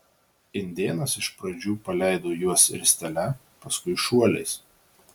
indėnas iš pradžių paleido juos ristele paskui šuoliais